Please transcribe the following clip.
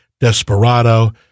Desperado